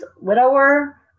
widower